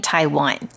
Taiwan